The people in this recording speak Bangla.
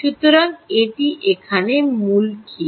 সুতরাং এটি এখানে মূল কী